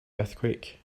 earthquake